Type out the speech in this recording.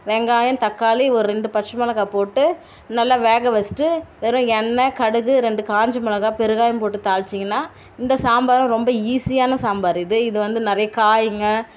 வெங்காயம் தக்காளி ஒரு ரெண்டு பச்சை மிளகா போட்டு நல்லா வேக வச்சிட்டு வெறும் எண்ணெய் கடுகு ரெண்டு காஞ்ச மிளகா பெருங்காயம் போட்டு தாளிச்சிங்கன்னா இந்த சாம்பாரும் ரொம்ப ஈஸியான சாம்பாரு இதே இது வந்து நிறைய காய்ங்க